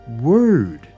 word